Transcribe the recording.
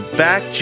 back